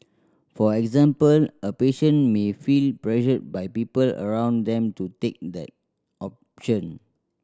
for example a patient may feel pressured by people around them to take the option